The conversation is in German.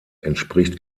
entspricht